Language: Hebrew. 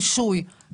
רישוי במשרד התחבורה?